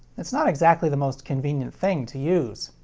it's not exactly the most convenient thing to use.